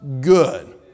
good